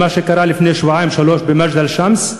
מה שקרה לפני שבועיים-שלושה במג'דל-שמס,